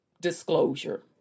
disclosure